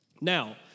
Now